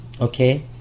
Okay